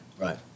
Right